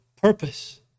purpose